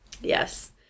Yes